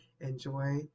enjoy